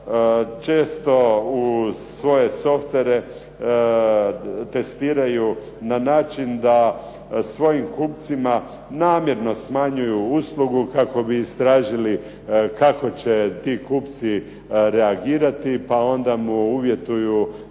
često svoje softvere testiraju na način da svojim kupcima namjerno smanjuju usluge kako bi istražili kako će ti kupci reagirati pa onda mu uvjetuju mic